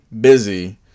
busy